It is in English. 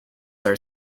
are